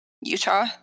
Utah